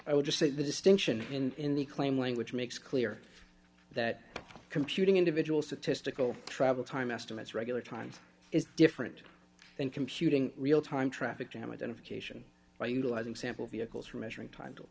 i would just say the distinction in the claim language makes clear that computing individual statistical travel time estimates regular times is different than computing real time traffic jam identification by utilizing sample vehicles for measuring time to